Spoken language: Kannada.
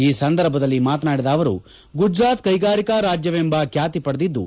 ಈ ಸಂದರ್ಭದಲ್ಲಿ ಮಾತನಾಡಿದ ಅವರು ಗುಜರಾತ್ ಕೈಗಾರಿಕಾ ರಾಜ್ಯವೆಂಬ ಖ್ಯಾತಿ ಪಡೆದಿದ್ದು